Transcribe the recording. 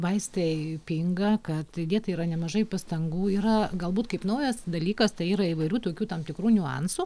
vaistai pinga kad įdėta yra nemažai pastangų yra galbūt kaip naujas dalykas tai yra įvairių tokių tam tikrų niuansų